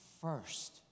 first